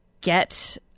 get